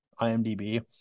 IMDb